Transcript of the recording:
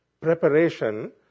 preparation